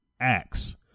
acts